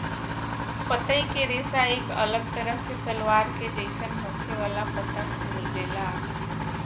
पतई के रेशा एक अलग तरह के तलवार के जइसन होखे वाला पत्ता से मिलेला